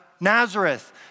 Nazareth